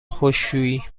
خشکشویی